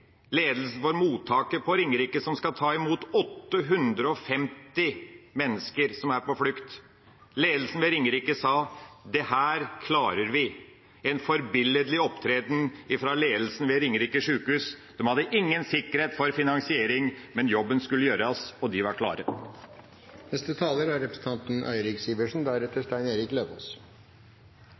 ledelsen for mottaket på Ringerike som skal ta imot 850 mennesker som er på flukt. Ledelsen ved Ringerike sykehus sa: Dette klarer vi – en forbilledlig opptreden fra ledelsen ved Ringerike sykehus. De hadde ingen sikkerhet for finansiering, men jobben skulle gjøres, og de var klare. I stort blir verden et bedre sted. Det er